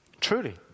Truly